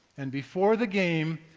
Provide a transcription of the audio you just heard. and before the game,